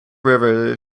river